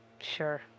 Sure